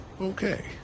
Okay